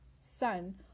Son